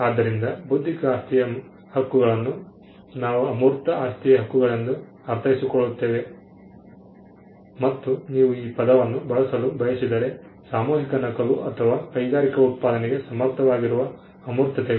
ಆದ್ದರಿಂದ ಬೌದ್ಧಿಕ ಆಸ್ತಿಯ ಹಕ್ಕುಳನ್ನು ನಾವು ಅಮೂರ್ತ ಆಸ್ತಿಯ ಹಕ್ಕುಗಳೆಂದು ಅರ್ಥೈಸಿಕೊಳ್ಳುತ್ತೇವೆ ಮತ್ತು ನೀವು ಆ ಪದವನ್ನು ಬಳಸಲು ಬಯಸಿದರೆ ಸಾಮೂಹಿಕ ನಕಲು ಅಥವಾ ಕೈಗಾರಿಕಾ ಉತ್ಪಾದನೆಗೆ ಸಮರ್ಥವಾಗಿರುವ ಅಮೂರ್ತತೆಗಳು